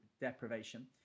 deprivation